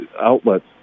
Outlets